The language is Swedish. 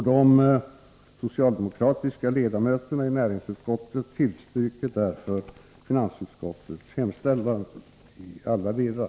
De socialdemokratiska ledamöterna i näringsutskottet tillstyrker därför finansutskottets hemställan i alla delar.